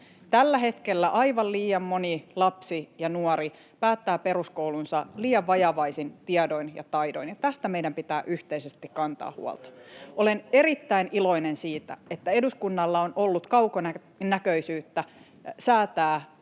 Tällä hetkellä aivan liian moni lapsi ja nuori päättää peruskoulunsa liian vajavaisin tiedoin ja taidoin, ja tästä meidän pitää yhteisesti kantaa huolta. Olen erittäin iloinen siitä, että eduskunnalla on ollut kaukonäköisyyttä säätää